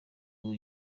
ngo